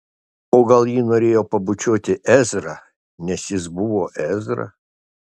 o gal ji norėjo pabučiuoti ezrą nes jis buvo ezra